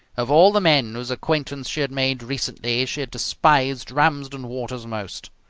of all the men whose acquaintance she had made recently she had despised ramsden waters most.